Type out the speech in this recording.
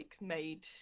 made